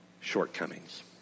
shortcomings